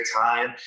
time